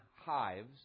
hives